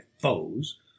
foes